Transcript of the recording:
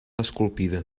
esculpida